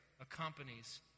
accompanies